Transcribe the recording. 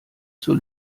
zur